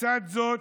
בצד זה,